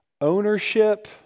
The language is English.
Ownership